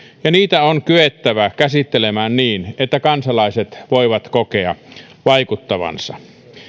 ja niitä on kyettävä käsittelemään niin että kansalaiset voivat kokea vaikuttavansa